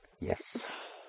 Yes